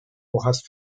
hojas